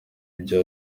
ibyo